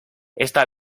esta